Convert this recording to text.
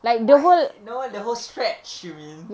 what no the whole stretch you mean